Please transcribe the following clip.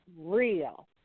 real